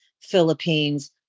philippines